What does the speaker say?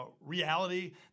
Reality